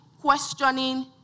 questioning